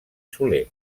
soler